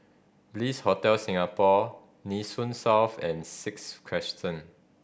Bliss Hotel Singapore Nee Soon South and Sixth Crescent